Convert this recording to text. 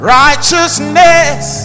righteousness